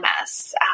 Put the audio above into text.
MS